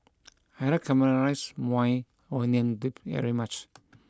I like caramelized Maui Onion Dip very much